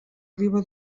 riba